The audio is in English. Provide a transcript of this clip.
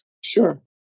Sure